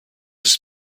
ist